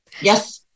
Yes